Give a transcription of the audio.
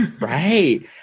Right